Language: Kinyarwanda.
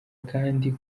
kandi